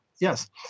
yes